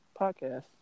podcast